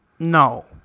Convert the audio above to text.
No